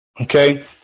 Okay